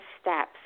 steps